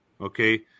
Okay